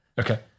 Okay